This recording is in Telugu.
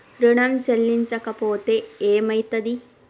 ఋణం చెల్లించకపోతే ఏమయితది?